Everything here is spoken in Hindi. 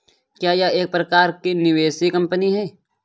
क्या यह एक प्रकार की निवेश कंपनी है?